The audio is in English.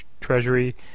Treasury